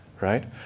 right